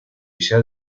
ella